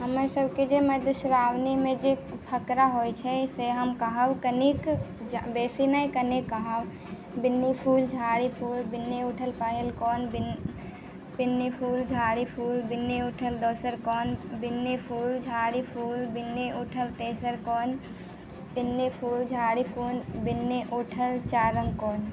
हमर सबके जे मधुश्राबनी मे जे फकड़ा होइ छै से हम कहब कनिक जा बेसी नहि कनिक कहब बिन्नी फूल झाड़ी फूल बिन्नी उठल पहिल कोन बिन्नी फूल झाड़ी फूल बिन्नी उठल दोसर कोन बिन्नी फूल झाड़ी फूल बिन्नी उठल तेसर कोन बिन्नी फूल झाड़ी फूल बिन्नी उठल चारिम कोन